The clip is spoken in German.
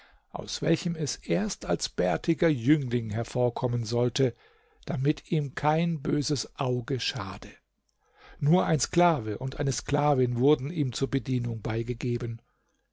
aus welchem es erst als bärtiger jüngling hervorkommen sollte damit ihm kein böses auge schade nur ein sklave und eine sklavin wurde ihm zur bedienung beigegeben